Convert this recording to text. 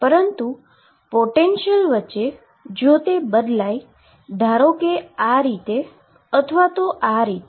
પરંતુ પોટેંશીઅલ વચ્ચે જો તે બદલાય ધારો કે આ રીતે અથવા આ રીતે